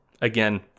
Again